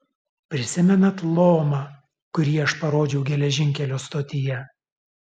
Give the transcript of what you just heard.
prisimenat lomą kurį aš parodžiau geležinkelio stotyje